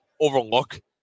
overlook